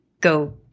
go